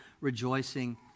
rejoicing